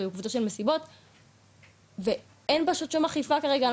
זה בקבוצות של מסיבות ואין פשוט שום אכיפה כרגע,